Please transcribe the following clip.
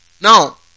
Now